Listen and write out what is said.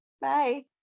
Bye